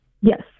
Yes